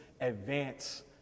advance